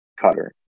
cutter